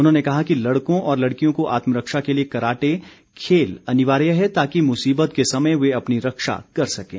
उन्होंने कहा कि लड़कों और लड़कियों को आत्मरक्षा के लिए कराटे खेल अनिवार्य है ताकि मुसीबत के समय वे अपनी रक्षा कर सकें